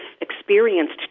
experienced